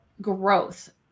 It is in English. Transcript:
growth